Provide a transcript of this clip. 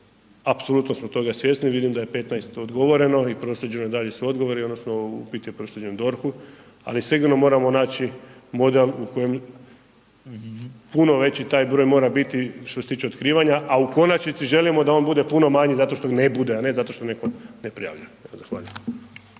apsolutno smo toga svjesni, vidim da je 15 odgovoreno i proslijeđeno dalje sa odgovorima odnosno upit je proslijeđen DORH-u ali sigurno moramo naći model u kojem puno veći taj broj mora biti što se tiče otkrivanja a u konačnici želimo da on bude puno manji zato što ne bude a ne zato što netko prijavljuje.